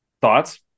Thoughts